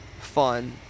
fun